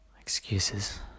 Excuses